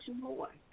more